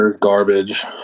garbage